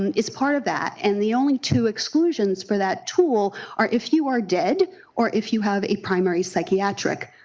and is part of that. and the only two exclusions for that tool are if you are dead or if you have a primary psychiatric